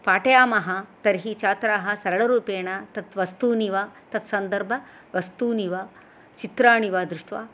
पाठयामः तर्हि छात्राः सरळरूपेन तद्वस्तूनि वा तत्सन्दर्भवस्तूनि वा चित्राणि वा दृष्ट्वा